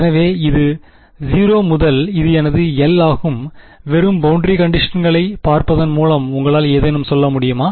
எனவே இது எனது 0 மற்றும் இது எனது 1 ஆகும் வெறும் பௌண்டரி கண்டிஷன்களை பார்ப்பதன் மூலம் உங்களால் ஏதேனும் சொல்லமுடியுமா